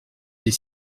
des